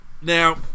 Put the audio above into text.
now